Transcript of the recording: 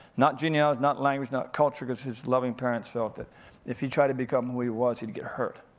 not, you know not language, not culture, cause his loving parents felt that if he tried to become who he was, he'd get hurt.